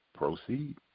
Proceed